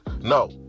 No